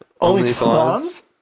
OnlyFans